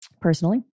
personally